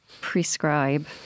prescribe